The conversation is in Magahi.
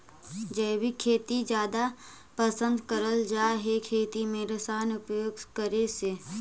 जैविक खेती जादा पसंद करल जा हे खेती में रसायन उपयोग करे से